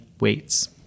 weights